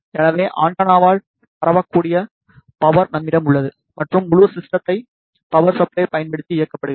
எனவே ஆண்டெனாவால் பரவக்கூடிய பவர் நம்மிடம் உள்ளது மற்றும் முழு சிஸ்டத்தை பவர் சப்பிலே பயன்படுத்தி இயக்கப்படுகிறது